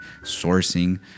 sourcing